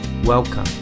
Welcome